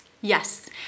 yes